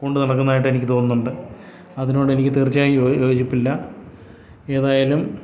കൊണ്ട് നടക്കുന്നതായിട്ട് എനിക്ക് തോന്നുന്നുണ്ട് അതിനോടെനിക്ക് തീർച്ചയായും യോജിപ്പില്ല ഏതായാലും